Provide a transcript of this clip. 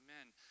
amen